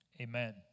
Amen